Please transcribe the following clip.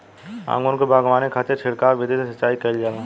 अंगूर के बगावानी खातिर छिड़काव विधि से सिंचाई कईल जाला